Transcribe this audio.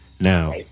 Now